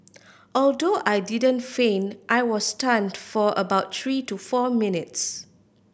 although I didn't faint I was stunned for about three to four minutes